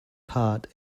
part